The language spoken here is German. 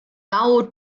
são